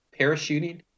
parachuting